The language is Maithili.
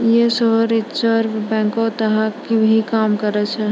यें सेहो रिजर्व बैंको के तहत ही काम करै छै